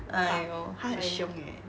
!aiyo! 她很凶 eh